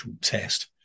test